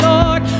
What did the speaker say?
Lord